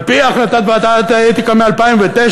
על-פי החלטת ועדת האתיקה מ-2009,